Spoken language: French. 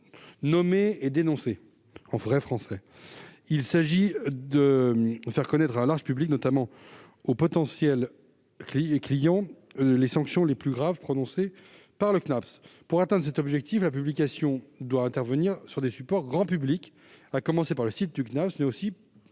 nommer et de dénoncer. Il s'agit de faire connaître à un large public, et notamment aux potentiels clients, les sanctions les plus graves prononcées par le Cnaps. Pour atteindre cet objectif, la publication doit intervenir sur des supports grand public, à commencer par le site du Cnaps, mais aussi